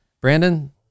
Brandon